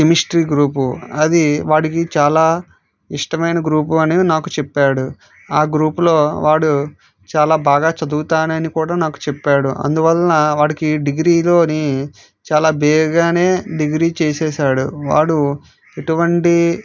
chemistry group అది వాడికి చాలా ఇష్టమైన గ్రూపు అని నాకు చెప్పాడు ఆ గ్రూపులో వాడు చాలా బాగా చదువుతానని కూడా నాకు చెప్పాడు అందువలన వాడికి డిగ్రీలోని చాలా బెగానే డిగ్రీ చేసేశాడు వాడు ఎటువంటి